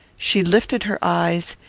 she lifted her eyes,